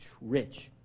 rich